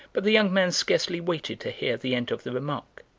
but the young man scarcely waited to hear the end of the remark.